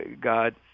God